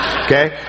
Okay